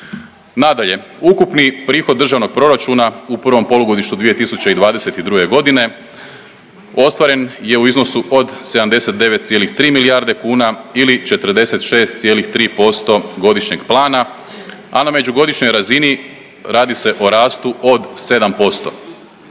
Nadalje, ukupni prihod državnog proračuna u prvom polugodištu 2022. godine ostvaren je u iznosu od 79,3 milijarde kuna ili 46,3% godišnjeg plana, a na međugodišnjoj razini radi se o rastu od 7%.